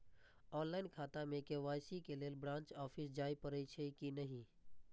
Online खाता में KYC के लेल ब्रांच ऑफिस जाय परेछै कि नहिं?